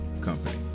company